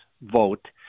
vote